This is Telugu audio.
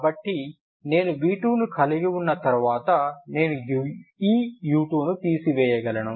కాబట్టి నేను v2ను కలిగి ఉన్న తర్వాత నేను ఈ u2ని తీసివేయగలను